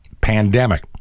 pandemic